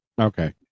Okay